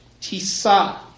tisa